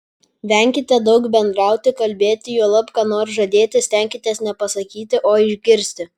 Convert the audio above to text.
venkite daug bendrauti kalbėti juolab ką nors žadėti stenkitės ne pasakyti o išgirsti